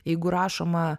jeigu rašoma